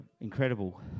incredible